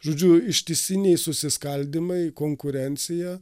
žodžiu ištisiniai susiskaldymai konkurencija